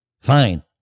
fine